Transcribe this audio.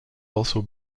also